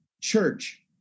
church